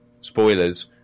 Spoilers